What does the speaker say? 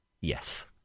yes